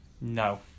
No